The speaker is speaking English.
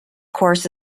course